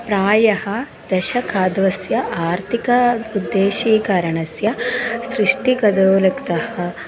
प्रायः दशकद्वस्य आर्थिक उद्देशीकारणस्य सृष्टिकथोक्तः